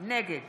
נגד